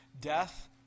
Death